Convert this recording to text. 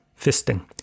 Fisting